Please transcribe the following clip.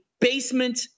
basement